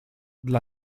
dla